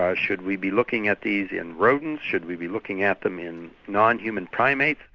um should we be looking at these in rodents, should we be looking at them in non-human primates?